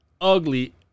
ugly